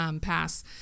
pass